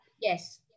Yes